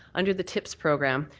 under the tips program,